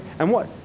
and what?